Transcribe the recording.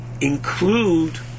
include